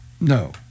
No